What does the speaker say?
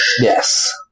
Yes